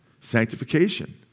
sanctification